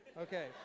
Okay